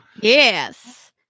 Yes